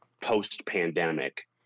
post-pandemic